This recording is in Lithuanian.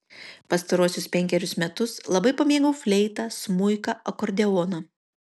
pastaruosius penkerius metus labai pamėgau fleitą smuiką akordeoną